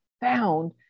found